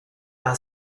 are